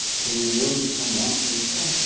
can we really become one people?